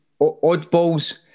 oddballs